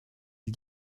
est